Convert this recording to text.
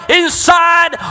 inside